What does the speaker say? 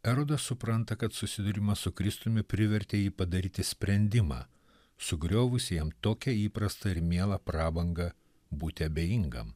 erodas supranta kad susidūrimas su kristumi privertė jį padaryti sprendimą sugriovusį jam tokią įprastą ir mielą prabangą būti abejingam